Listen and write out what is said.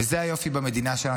וזה היופי במדינה שלנו,